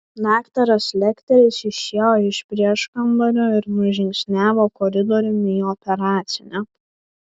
daktaras lekteris išėjo iš prieškambario ir nužingsniavo koridoriumi į operacinę